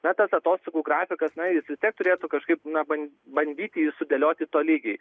na tas atostogų grafikas na jis vis tiek turėtų kažkaip na ban bandyti sudėlioti tolygiai